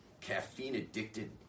caffeine-addicted